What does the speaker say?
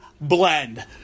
blend